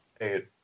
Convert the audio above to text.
eight